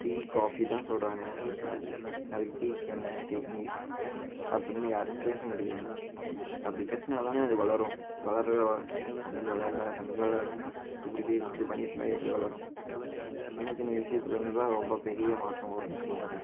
tea coffee தான் சொல்லுறாங்க இப்போ அதுக்கு டீக்கு என்ன தேநீர் அப்படின்னு யாரும் பேச மாட்டேக்குறாங்க அப்படி பேசினா தானே அது வளரும் வளர தமிழ் வளரல தமிழ் வளர்லன்னா இப்படி பே இப்படி பண்ணிட்டுருந்தா எப்படி வளரும் சின்ன சின்ன விசயத்தில் இருந்து தான் ரொம்ப பெரிய மாற்றம் வரும்ன்னு சொல்லுவாங்க